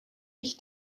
ich